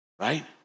Right